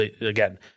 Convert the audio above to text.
again